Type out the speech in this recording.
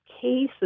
cases